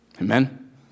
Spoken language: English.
Amen